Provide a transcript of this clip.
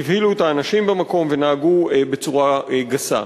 הבהילו את האנשים במקום ונהגו בצורה גסה.